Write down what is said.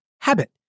habit